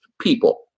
people